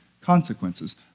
consequences